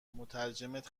مترجمت